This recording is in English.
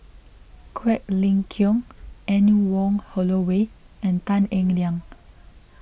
Quek Ling Kiong Anne Wong Holloway and Tan Eng Liang